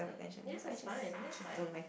ya that's fine that's fine